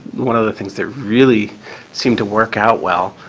one of the things that really seemed to work out well,